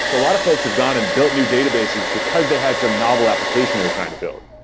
so a lot of folks have gone and built new databases because they had some novel application they're trying to build.